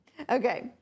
Okay